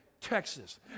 Texas